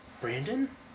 Brandon